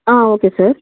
ఆ okay sir